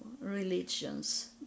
religions